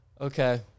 Okay